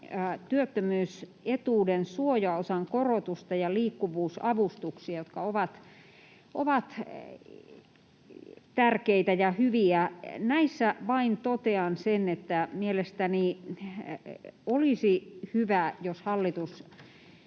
työttömyysetuuden suojaosan korotusta ja liikkuvuusavustuksia, jotka ovat tärkeitä ja hyviä. Näistä totean vain sen, että mielestäni olisi hyvä, jos hallitus